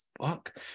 fuck